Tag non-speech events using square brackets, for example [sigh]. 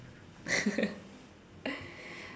[laughs]